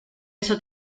eso